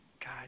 God